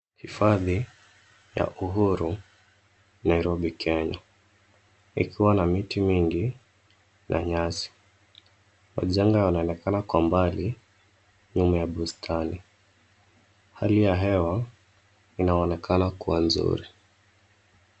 Hifadhi ya uhuru Nairobi Kenya. Ikiwa na miti mingi na nyasi. Majengo yanaonekana kwa mbali nyuma ya bustani. Hali ya hewa inaonekana kuwa nzuri.